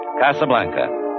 Casablanca